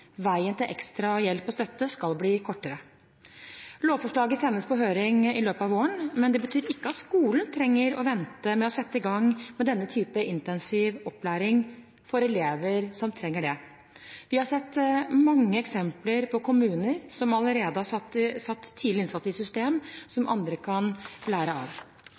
Veien til ekstra hjelp og støtte skal bli kortere. Lovforslaget sendes på høring i løpet av våren, men det betyr ikke at skolen trenger å vente med å sette i gang med denne typen intensiv opplæring for elever som trenger det. Vi har sett mange eksempler på kommuner som allerede har satt tidlig innsats i system, som andre kan lære av.